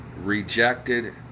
rejected